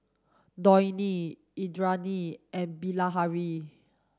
Dhoni Indranee and Bilahari